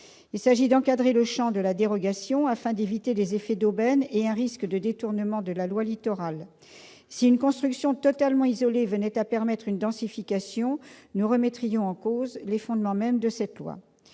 Il s'agit d'encadrer le champ de la dérogation, afin d'éviter les effets d'aubaine et un risque de détournement de la loi Littoral. Si une construction totalement isolée venait à permettre une densification, nous remettrions en cause les fondements de cette loi.